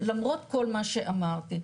למרות כל מה שאמרתם.